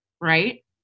Right